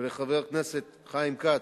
ולחבר הכנסת חיים כץ,